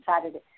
Saturday